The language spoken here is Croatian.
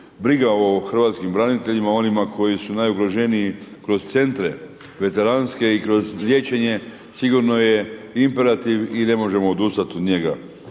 Briga o hrvatskim braniteljima, onima koji su najugroženiji kroz centre veteranske i kroz liječenje sigurno je imperativ i ne možemo odustati od njega.